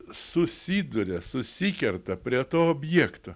susiduria susikerta prie to objekto